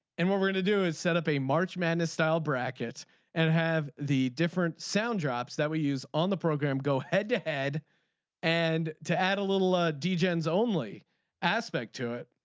and we're we're going to do is set up a march madness style brackets and have the different sound drops that we use on the program. go head to head and to add a little ah d j. is only aspect to it.